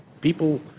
people